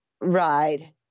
ride